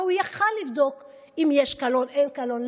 הרי הוא יכול היה לבדוק אם יש קלון, אין קלון.